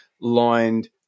lined